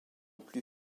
plus